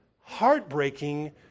heartbreaking